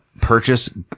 purchase